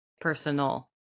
personal